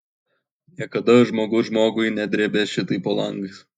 niekada žmogus žmogui nedrėbė šitaip po langais